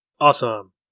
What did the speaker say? Awesome